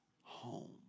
home